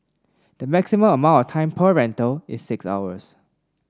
the maximum amount of time per rental is six hours